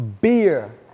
beer